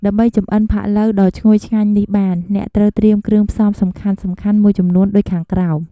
ដើម្បីចម្អិនផាក់ឡូវដ៏ឈ្ងុយឆ្ងាញ់នេះបាន អ្នកត្រូវត្រៀមគ្រឿងផ្សំសំខាន់ៗមួយចំនួនដូចខាងក្រោម។